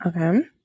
Okay